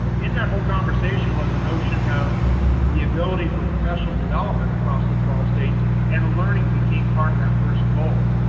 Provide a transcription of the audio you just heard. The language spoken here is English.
in that whole conversation was the notion of the ability for professional development across the twelve states and learning became part of that first goal.